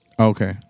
Okay